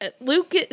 Luke